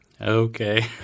Okay